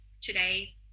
today